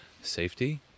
safety